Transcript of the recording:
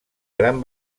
gran